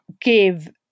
give